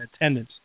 attendance